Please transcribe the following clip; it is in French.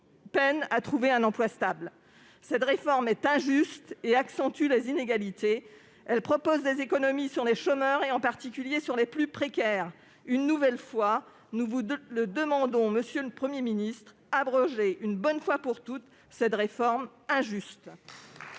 peinent à trouver un emploi stable. Cette réforme est injuste et accentue les inégalités. Elle prévoit de faire des économies sur les chômeurs, en particulier sur les plus précaires. Nous vous le demandons à nouveau, monsieur le Premier ministre : abrogez une bonne fois pour toutes cette réforme injuste